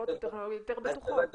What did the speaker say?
היכולות הטכנולוגיות יותר בטוחות.